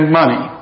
money